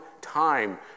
time